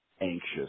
anxious